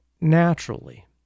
naturally